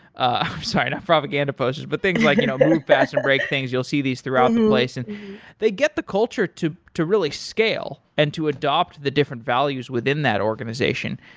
i'm sorry, not propaganda posters, but things like you know but move fast and break things. you'll see these throughout the and place and they get the culture to to really scale and to adopt the different values within that organization.